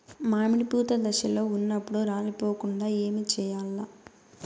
మామిడి పూత దశలో ఉన్నప్పుడు రాలిపోకుండ ఏమిచేయాల్ల?